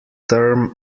term